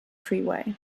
freeway